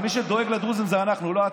מי שדואג לדרוזים זה אנחנו, לא אתם,